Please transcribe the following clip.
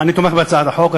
אני תומך בהצעת החוק.